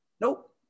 Nope